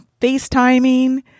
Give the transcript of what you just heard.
FaceTiming